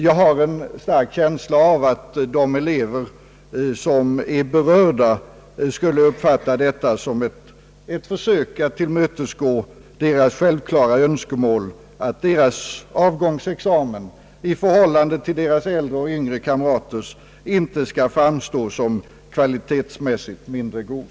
Jag har en stark känsla av att de elever, som är berörda, skulle uppfatta detta som ett försök att tillmötesgå deras självklara önskemål om, att deras avgångsexamen i förhållande till äldre och yngre kamraters inte skall få framstå som kvalitetsmässigt mindre god.